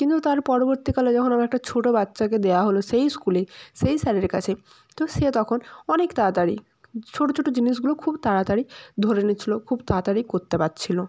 কিন্তু তার পরবর্তীকালে যখন আমার একটা ছোটো বাচ্চাকে দেয়া হল সেই স্কুলেই সেই স্যারের কাছেই তো সে তখন অনেক তাড়াতাড়ি ছোটো ছোটো জিনিসগুলো খুব তাড়াতাড়ি ধরে নিচ্ছিলো খুব তাড়াতাড়ি করতে পারছিলো